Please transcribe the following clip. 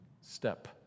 step